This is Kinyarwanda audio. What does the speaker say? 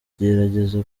tugerageza